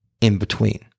in-between